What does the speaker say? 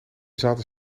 zaten